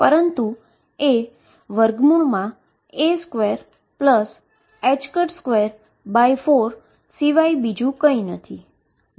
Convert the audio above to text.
પરંતુ એ a224 સિવાય બીજુ કંઈ નથી